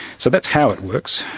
so that's how it works.